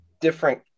different